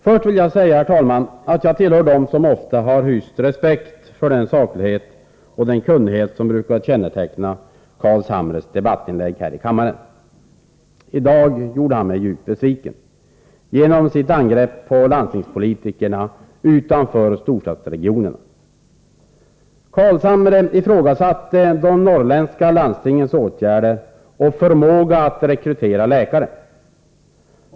Först vill jag säga, herr talman, att jag tillhör dem som ofta har hyst respekt för den saklighet och den kunnighet som brukar känneteckna Nils Carlshamres debattinlägg här i kammaren. I dag gjorde han mig djupt besviken genom sitt angrepp på landstingspolitikerna utanför storstadsregionerna. Carlshamre ifrågsatte de norrländska landstingens åtgärder för och förmåga att rekrytera läkare.